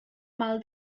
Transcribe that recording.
mal